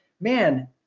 man